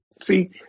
See